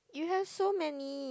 you have so many